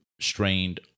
strained